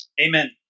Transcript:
Amen